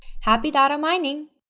happy data mining!